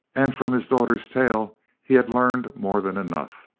and from his daughter's tale he had learned more than enough.